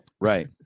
right